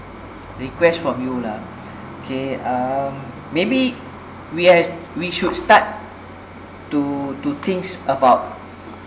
request from you lah okay um maybe we have we should start to to thinks about